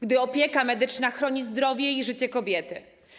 Gdy opieka medyczna chroni zdrowie i życie kobiety.